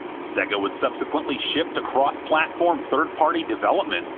sega would subsequently shift to cross-platform third-party development,